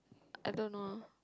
I don't know